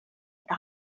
inte